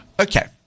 Okay